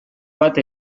bat